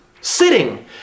sitting